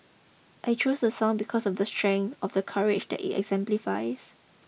I chose the song because of the strength of the courage that it exemplifies